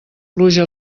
pluja